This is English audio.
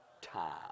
time